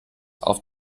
auf